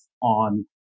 on